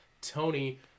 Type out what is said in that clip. Tony